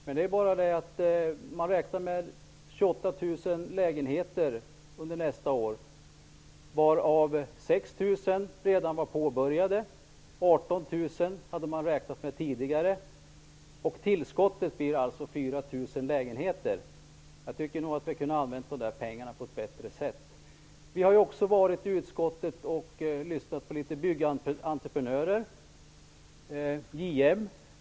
Man räknar med 28 000 lägenheter under nästa år, varav 6 000 redan förut varit påbörjade. Man hade tidigare räknat med 18 000 Jag tycker att man kunde ha använt de berörda medlen på ett bättre sätt. Vi har i utskottet lyssnat på en del byggentreprenörer, bl.a. JM.